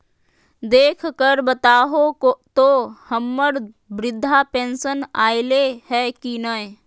देख कर बताहो तो, हम्मर बृद्धा पेंसन आयले है की नय?